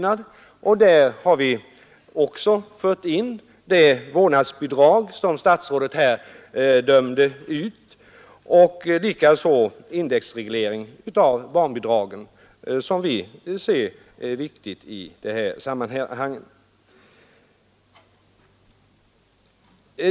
Vi har där också tagit upp ett vårdnadsbidrag, som statsrådet här dömde ut, liksom indexreglering av barnbidragen som vi anser viktig i sammanhanget.